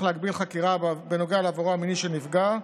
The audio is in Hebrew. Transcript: להגביל חקירה בנוגע לעברו המיני של נפגע,